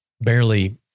barely